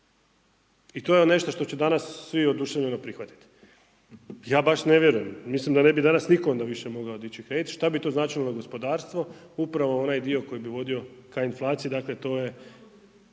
I to je ono nešto što će danas svi oduševljeno prihvatiti. Ja baš ne vjerujem, mislim da ne bi danas nitko onda više mogao dići kredit, šta bi to značilo za gospodarstvo, upravo onaj dio koji bi vodio ka inflaciji, dakle to je,